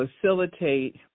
facilitate